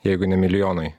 jeigu ne milijonai